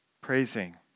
praising